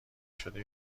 شده